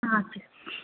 ஆ சரி